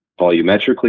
volumetrically